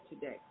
today